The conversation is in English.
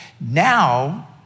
Now